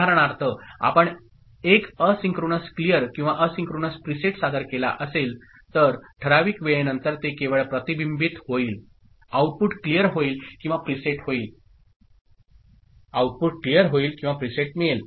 उदाहरणार्थ आपण एक एसिंक्रोनस क्लिअर किंवा एसिन्क्रोनस प्रीसेट सादर केला असेल तर ठराविक वेळेनंतर ते केवळ प्रतिबिंबित होईल आउटपुट क्लिअर होईल किंवा प्रीसेट मिळेल